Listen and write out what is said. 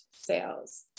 sales